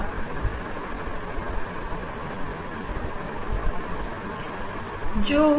कृष्ण अर्जुन से अमिया लिख सकते हैं कि एरिया होगी रेडियस के बराबर जो एस एम का होगा